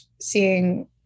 seeing